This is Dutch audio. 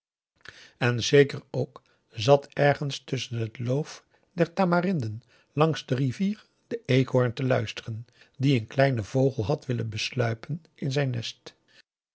en zeker ook zat ergens tusschen het loof der tamarinden langs de rivier de eekhoorn te luisteren die augusta de wit orpheus in de dessa een kleinen vogel had willen besluipen in zijn nest